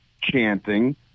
chanting